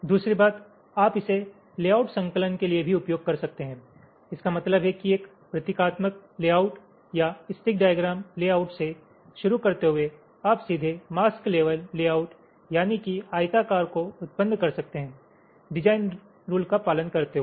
दूसरी बात आप इसे लेआउट संकलन के लिए भी उपयोग कर सकते हैं इसका मतलब है कि एक प्रतीकात्मक लेआउट या स्टिक डाईग्राम लेआउट से शुरू करते हुये आप सीधे मास्क लेवेल लेआउट यानी कि आयताकार को उत्पन्न कर सकते है डिजाइन रुल का पालन करते हुए